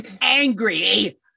angry